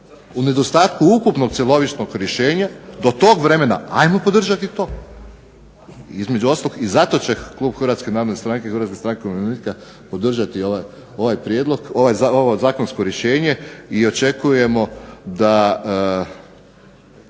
U nedostatku ukupnog cjelovitog rješenja do tog vremena ajmo podržati to. Između ostalog i zato će klub Hrvatske narodne stranke i Hrvatske stranke umirovljenika podržati ovo zakonsko rješenje i očekujemo ne